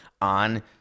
on